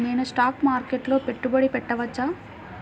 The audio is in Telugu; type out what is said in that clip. నేను స్టాక్ మార్కెట్లో పెట్టుబడి పెట్టవచ్చా?